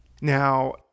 Now